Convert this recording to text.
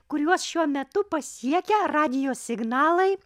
kuriuos šiuo metu pasiekia radijo signalai